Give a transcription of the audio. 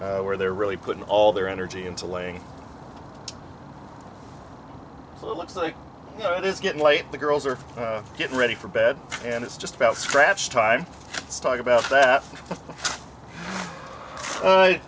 and where they're really putting all their energy into laying it looks like it is getting late the girls are getting ready for bed and it's just about scratch time stalk about that